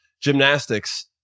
gymnastics